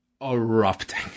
erupting